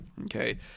okay